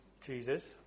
Jesus